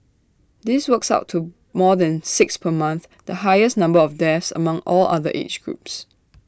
this works out to more than six per month the highest number of deaths among all other age groups